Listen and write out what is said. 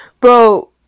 bro